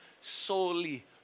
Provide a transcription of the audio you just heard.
solely